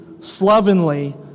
slovenly